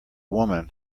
woman